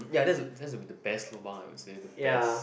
ya that's the that's the best lobang I would say the best